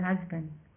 husband